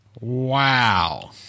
Wow